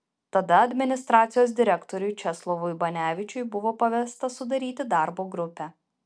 tada administracijos direktoriui česlovui banevičiui buvo pavesta sudaryti darbo grupę